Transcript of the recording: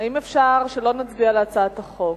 האם אפשר שלא נצביע על הצעת החוק,